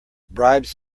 bribes